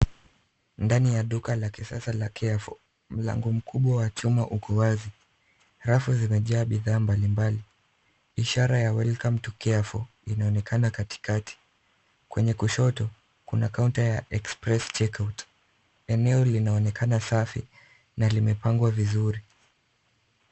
Ndani ya duka la kisasa la, carrefour, mlango mkubwa wa chuma uko wazi. Rafu zimejaa bidhaa mbalimbali. Ishara ya, welcome to carrefour ,inaonekana katikati. Kwenye kushoto kuna counter ya, express check out .Eneo linaonekana safi na limepangwa vizuri.